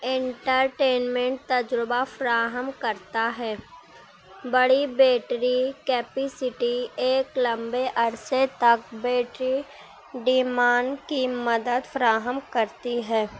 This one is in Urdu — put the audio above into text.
انٹرٹینمنٹ تجربہ فراہم کرتا ہے بڑی بیٹری کیپسٹی ایک لمبے عرصے تک بیٹری ڈیمانڈ کی مدد فراہم کرتی ہے